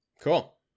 Cool